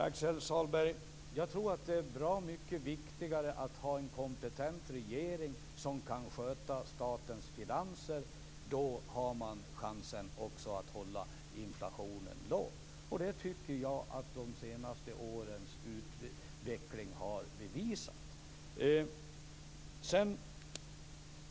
Fru talman! Jag tror att det är bra mycket viktigare att ha en kompetent regering som kan sköta statens finanser. Då har man chansen att hålla inflationen låg. Det har de senaste årens utveckling bevisat.